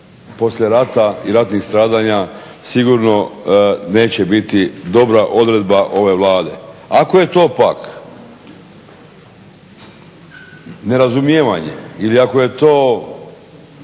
poslije rata i ratnih stradanja sigurno neće biti dobra odredba ove Vlade. Ako je to pak nerazumijevanje ili ako je to